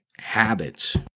habits